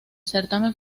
certamen